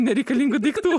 nereikalingų daiktų